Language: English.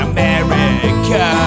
America